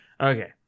Okay